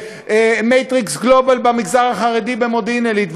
ו"מטריקס גלובל" במגזר החרדי במודיעין-עילית,